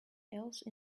else